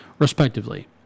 Respectively